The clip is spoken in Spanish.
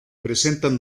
presentan